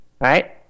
right